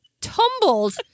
tumbled